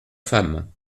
femme